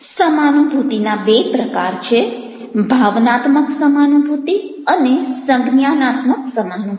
સમાનુભૂતિના બે પ્રકાર છે ભાવનાત્મક સમાનુભૂતિ અને સંજ્ઞાનાત્મક સમાનુભૂતિ